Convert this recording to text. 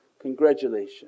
congratulations